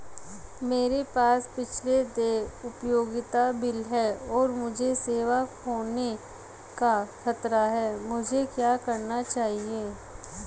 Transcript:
मेरे पास पिछले देय उपयोगिता बिल हैं और मुझे सेवा खोने का खतरा है मुझे क्या करना चाहिए?